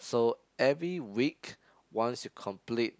so every week once you complete